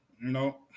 No